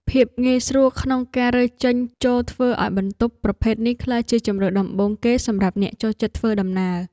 ភាពងាយស្រួលក្នុងការរើចេញចូលធ្វើឱ្យបន្ទប់ប្រភេទនេះក្លាយជាជម្រើសដំបូងគេសម្រាប់អ្នកចូលចិត្តធ្វើដំណើរ។